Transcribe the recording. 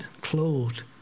clothed